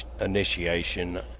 initiation